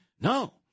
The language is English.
No